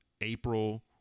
April